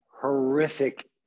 horrific